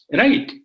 right